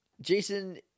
Jason